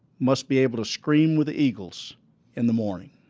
must be able to scream with the eagles in the morning.